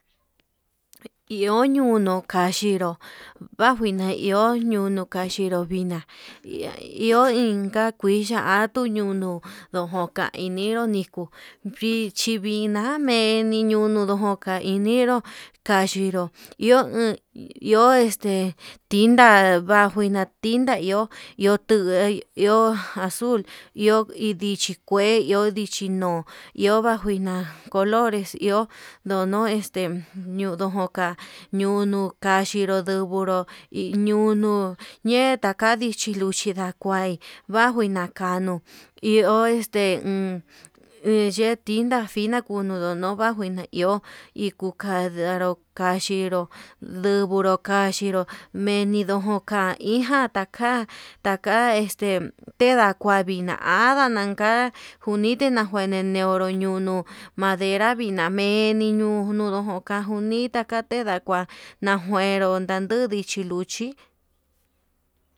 Iho ñunu kaxhinro va'a nguina iho ñunu kaxhinró, vina iho inka kuu katuu ñunu ndojoka iñinro niko vichi vina niñonro njuna iin vinró kaxhinro iho umm iho este, tinda vanju na'a tinda iho, iho tuu iho azul, iho hi ndichi kue iho hi ndichi no'o iho vagina'a colores iho esteñonod joka ñiuu uka'a, xhindo nduburu hi ñunu ñee taka ndichi luchi ndakua bajuu nakanuu hí iho este umm he yee tinta fina kunu ndunubaju na iho hi kuu kandanro kaxhinró, nduburu kaxhiro mendido ja'a taka taka este tenda kua vina andana anka kunniti na'a njuene niuru ñunuu, madera vina menii ndinu inaka junida kate ndakua nagueru nanduu ndichi luchi.